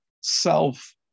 self